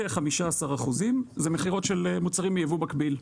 כ-15% זה מכירות ממוצרים בייבוא מקביל.